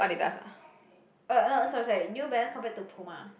uh uh sorry sorry New Balance compared to Puma